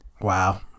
Wow